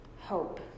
hope